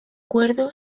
cuerdo